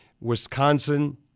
Wisconsin